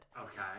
Okay